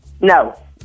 No